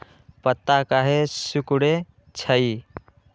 पत्ता काहे सिकुड़े छई?